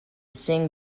sing